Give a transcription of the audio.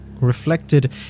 Reflected